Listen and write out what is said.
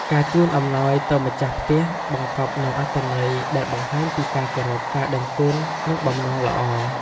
ការជូនអំណោយទៅម្ចាស់ផ្ទះបង្កប់នូវអត្ថន័យដែលបង្ហាញពីការគោរព ការដឹងគុណ និង បំណងល្អ។